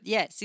Yes